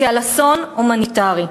כעל אסון הומניטרי.